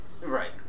Right